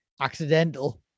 accidental